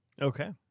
Okay